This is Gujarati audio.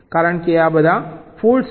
કારણ કે આ બધા ફોલ્ટ્સ છે